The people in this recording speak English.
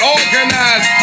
Organized